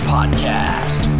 Podcast